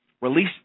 Release